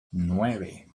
nueve